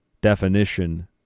definition